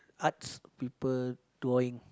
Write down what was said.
arts people drawing